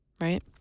right